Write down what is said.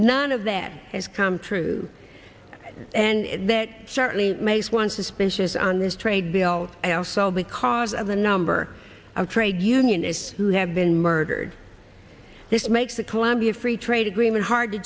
none of that has come true and that certainly makes one suspicious on this trade bill and also because of the number of trade unionists who have been murdered this makes the colombia free trade agreement hard to